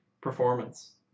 performance